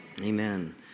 Amen